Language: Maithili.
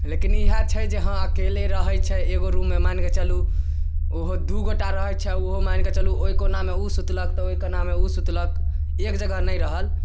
लेकिन इएहे छै जे हँ अकेले रहै छै एगो रूममे मानि कऽ चलू ओहो दू गोटा रहै छै ओहो मानि कऽ चलू ओहि कोनामे ओ सुतलक तऽ ओहि कोनामे ओ सुतलक एक जगह नहि रहल